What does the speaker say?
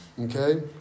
Okay